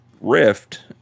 Rift